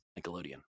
Nickelodeon